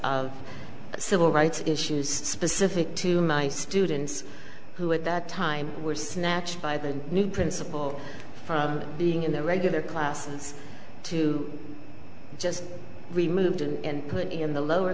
of civil rights issues specific to my students who at that time were snatched by the new principal for being in their regular classes to just removed and put in the lower